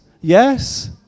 yes